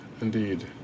Indeed